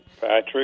Patrick